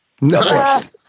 Nice